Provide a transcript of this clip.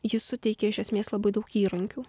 ji suteikia iš esmės labai daug įrankių